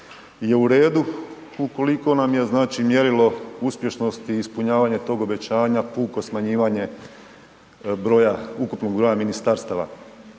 je u redu ukoliko nam je, znači mjerilo uspješnosti i ispunjavanja tog obećanja puko smanjivanje broja, ukupnog broja ministarstava.